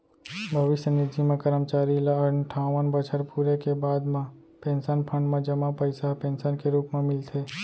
भविस्य निधि म करमचारी ल अनठावन बछर पूरे के बाद म पेंसन फंड म जमा पइसा ह पेंसन के रूप म मिलथे